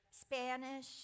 Spanish